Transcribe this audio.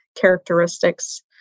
characteristics